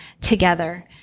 together